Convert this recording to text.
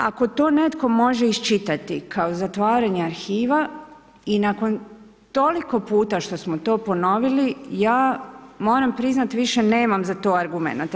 Ako to netko može iščitati kao zatvaranje arhiva i nakon toliko puta što smo to ponovili, ja moram priznati više nemam za to argumenata.